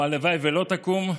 או הלוואי שלא תקום.